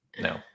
No